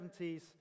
1970s